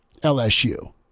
LSU